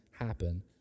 happen